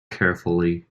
carefully